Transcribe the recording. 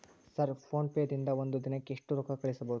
Sir PhonePe ದಿಂದ ಒಂದು ದಿನಕ್ಕೆ ಎಷ್ಟು ರೊಕ್ಕಾ ಕಳಿಸಬಹುದು?